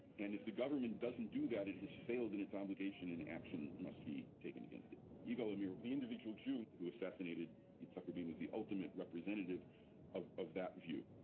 and if the government doesn't do that, it has failed in its obligation and action must be taken against it. yigal amir, the individual jew who assassinated yitzhak rabin, was the ultimate representative of of that view.